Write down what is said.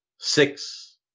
Six